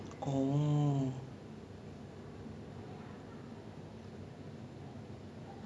but the the reason the reason why I cannot compare to any canned drink is because well ya one thing I can tell you is உரைக்கும்:uraikkum